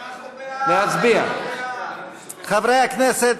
חברי הכנסת,